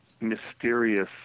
mysterious